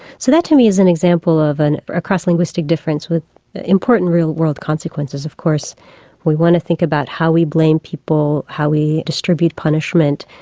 so that to me is an example of a ah cross-linguistic difference with important real world consequences. of course we want to think about how we blame people, how we distribute punishment,